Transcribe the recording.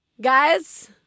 guys